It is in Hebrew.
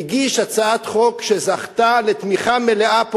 הגיש הצעת חוק שזכתה לתמיכה מלאה פה